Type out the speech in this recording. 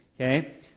okay